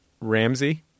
Ramsey